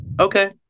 Okay